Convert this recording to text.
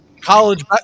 college